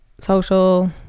social